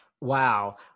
Wow